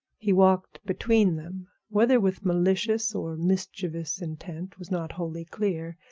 he walked between them, whether with malicious or mischievous intent was not wholly clear,